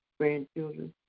grandchildren